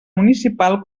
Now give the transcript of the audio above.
municipal